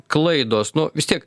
klaidos nu vis tiek